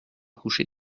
coucher